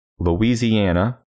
Louisiana